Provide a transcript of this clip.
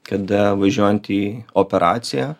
kada važiuojant į operaciją